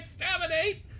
exterminate